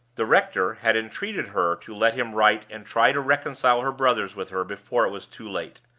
the rector had entreated her to let him write and try to reconcile her brothers with her before it was too late.